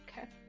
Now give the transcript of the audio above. Okay